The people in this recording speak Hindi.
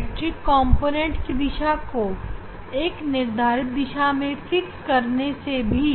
इलेक्ट्रिक कॉम्पोनेंटकी दिशा को एक निर्धारित दिशा में जमाने से भी